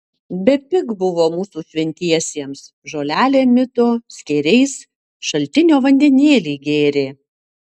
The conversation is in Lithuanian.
bepig buvo mūsų šventiesiems žolelėm mito skėriais šaltinio vandenėlį gėrė